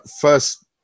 first